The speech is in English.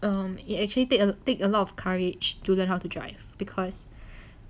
um it actually take a take a lot of courage to learn how to drive because